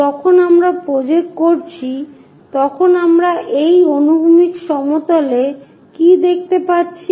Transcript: যখন আমরা প্রজেক্ট করছি তখন আমরা এই অনুভূমিক সমতলে কি দেখতে পাচ্ছি